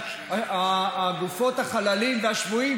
גופות החללים והשבויים,